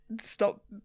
stop